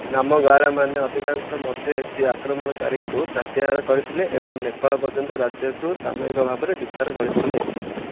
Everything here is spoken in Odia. ନାମଗୟାଲମାନେ ଅଧିକାଂଶ ମଧ୍ୟ ଏସୀୟ ଆକ୍ରମଣକାରୀଙ୍କୁ ପ୍ରତ୍ୟାହାର କରିଥିଲେ ଏବଂ ନେପାଳ ପର୍ଯ୍ୟନ୍ତ ରାଜ୍ୟକୁ ସାମୟିକ ଭାବରେ ବିସ୍ତାର କରିଥିଲେ